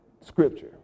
Scripture